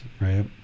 right